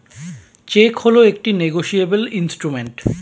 check হল একটি negotiable instrument